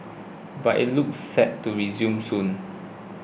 but it looks set to resume soon